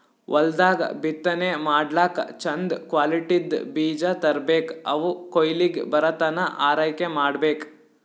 ಹೊಲ್ದಾಗ್ ಬಿತ್ತನೆ ಮಾಡ್ಲಾಕ್ಕ್ ಚಂದ್ ಕ್ವಾಲಿಟಿದ್ದ್ ಬೀಜ ತರ್ಬೆಕ್ ಅವ್ ಕೊಯ್ಲಿಗ್ ಬರತನಾ ಆರೈಕೆ ಮಾಡ್ಬೇಕ್